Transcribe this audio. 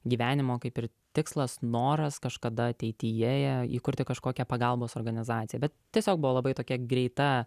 gyvenimo kaip ir tikslas noras kažkada ateityje įkurti kažkokią pagalbos organizaciją bet tiesiog buvo labai tokia greita